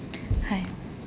hi